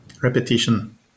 repetition